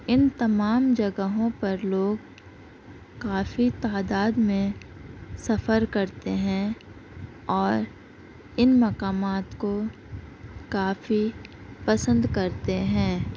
ان تمام جگہوں پر لوگ کافی تعداد میں سفر کرتے ہیں اور ان مقامات کو کافی پسند کرتے ہیں